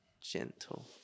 gentle